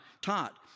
taught